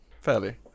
Fairly